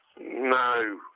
No